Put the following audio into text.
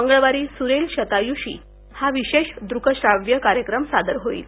मंगळवारी सुरेल शताय्षी हा विशेष दृकश्राव्य कार्यक्रम सादर होईल